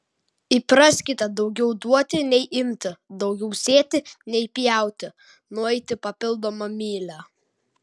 įpraskite daugiau duoti nei imti daugiau sėti nei pjauti nueiti papildomą mylią